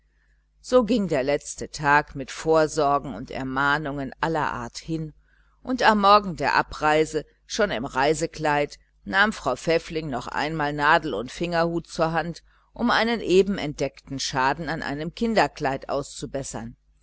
so ging der letzte tag mit vorsorgen und ermahnungen aller art hin und am morgen der abreise schon im reisekleid nahm frau pfäffling noch einmal nadel und fingerhut zur hand um einen eben entdeckten schaden an einem kinderkleid auszubessern